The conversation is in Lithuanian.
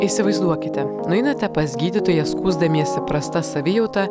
įsivaizduokite nueinate pas gydytoją skųsdamiesi prasta savijauta